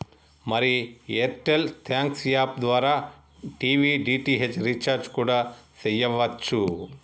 మరి Airtel thanks app ద్వారా TV DTH recharge కూడా సెయ్యవచ్చు